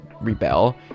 rebel